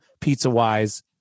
pizza-wise